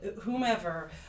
whomever